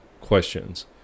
questions